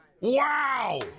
Wow